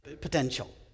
potential